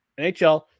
NHL